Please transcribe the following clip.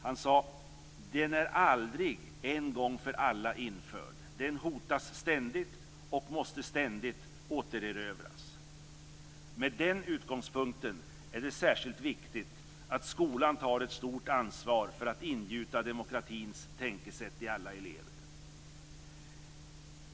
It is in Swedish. Han sade att den aldrig en gång för alla är införd, den hotas ständigt och måste ständigt återerövras. Med den utgångspunkten är det särskilt viktigt att skolan tar ett stort ansvar för att ingjuta demokratins tänkesätt i alla elever.